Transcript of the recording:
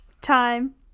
time